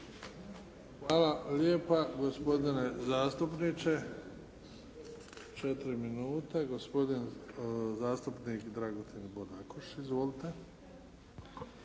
Hvala lijepa gospodine zastupniče. 4 minute. Gospodin zastupnik Dragutin Bodakoš, izvolite.